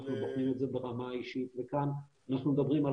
אנחנו בוחנים את זה ברמה האישית וכאן אנחנו מדברים על